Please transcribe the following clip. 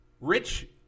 Rich